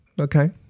Okay